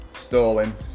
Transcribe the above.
stalling